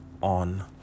on